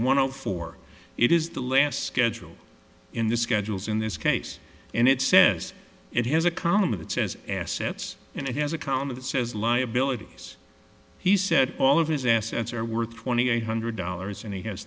hundred four it is the last schedule in the schedules in this case and it says it has a column of it says assets and it has a column of it says liabilities he said all of his assets are worth twenty eight hundred dollars and he has